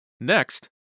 Next